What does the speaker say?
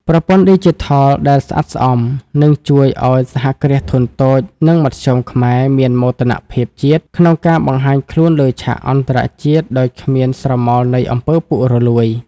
ប្រព័ន្ធឌីជីថលដែលស្អាតស្អំ នឹងជួយឱ្យ សហគ្រាសធុនតូច និងមធ្យម ខ្មែរមាន "មោទនភាពជាតិ" ក្នុងការបង្ហាញខ្លួនលើឆាកអន្តរជាតិដោយគ្មានស្រមោលនៃ អំពើពុករលួយ។